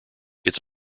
its